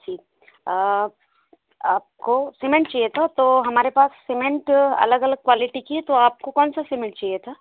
जी आपको सीमेंट चाहिए था तो हमारे पास सीमेंट अलग अलग क्वालिटी की हैं तो आपको कौन सा सीमेंट चाहिए था